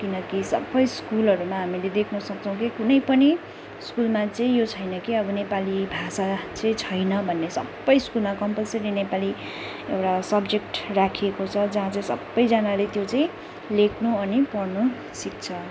किनकि सबै स्कुलहरूमा हामीले देख्न सक्छौँ कि कुनै पनि स्कुलमा चाहिँ यो छैन कि अब नेपाली भाषा चाहिँ छैन भन्ने सबै स्कुलमा कम्पलसरी नेपाली एउटा सब्जेक्ट राखिएको छ जहाँ चाहिँ सबैजनाले त्यो चाहिँ लेख्नु अनि पढ्नु सिक्छ